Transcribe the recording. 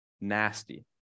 Nasty